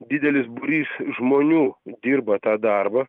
didelis būrys žmonių dirba tą darbą